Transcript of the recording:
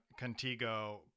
Contigo